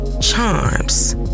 charms